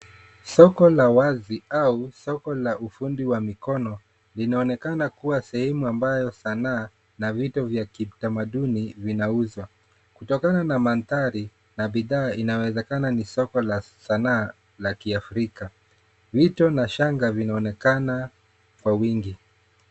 Soko la wazi au soko la ufundi wa mikono linaonekana kuwa sehemu ambayo sanaa na vito vya kitamaduni vinauzwa kutokana na mandhari na bidhaa inawezekana ni soko la sanaa la kiafrika , vito na shanga vinaonekana kwa wingi.